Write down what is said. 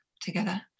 together